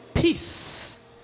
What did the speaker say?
Peace